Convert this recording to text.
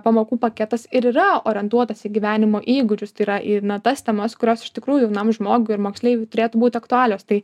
pamokų paketas ir yra orientuotas į gyvenimo įgūdžius tai yra į na tas temas kurios iš tikrųjų jaunam žmogui ir moksleivių turėtų būti aktualios tai